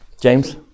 James